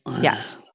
Yes